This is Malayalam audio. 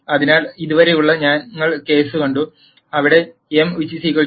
അതിനാൽ ഇതുവരെ ഞങ്ങൾ കേസ് കണ്ടു അവിടെ m n